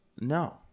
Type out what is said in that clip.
no